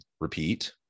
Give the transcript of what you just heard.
repeat